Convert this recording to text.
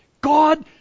God